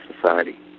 society